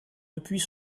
depuis